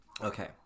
Okay